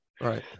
Right